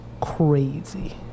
crazy